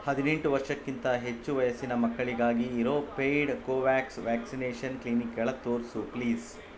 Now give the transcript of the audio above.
ಹದಿನೆಂಟು ವರ್ಷಕ್ಕಿಂತ ಹೆಚ್ಚು ವಯಸ್ಸಿನ ಮಕ್ಕಳಿಗಾಗಿ ಇರೋ ಪೇಯ್ಡ್ ಕೋವ್ಯಾಕ್ಸ್ ವ್ಯಾಕ್ಸಿನೇಷನ್ ಕ್ಲಿನಿಕ್ಗಳ ತೋರಿಸು ಪ್ಲೀಸ್